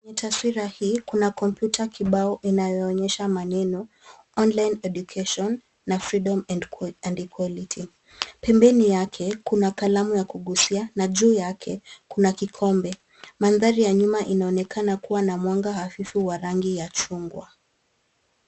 Ni taswira hii kuna kompyuta kibao inayoonyesha maneno, online education, na, freedom and equality. Pembeni yake kuna kalamu ya kugusia na juu yake kuna kikombe. Mandhari ya nyuma inaonekana kuwa na mwanga hafifu wa rangi ya chungwa.